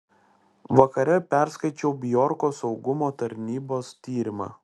vakare perskaičiau bjorko saugumo tarnybos tyrimą